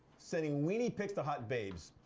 sending wienie pics to hot babes,